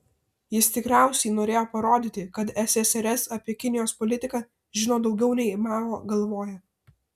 jis tikriausiai norėjo parodyti kad ssrs apie kinijos politiką žino daugiau nei mao galvoja